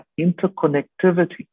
interconnectivity